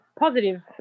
positive